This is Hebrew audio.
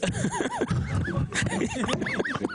בבקשה, אלקין.